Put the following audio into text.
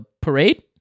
parade